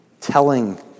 telling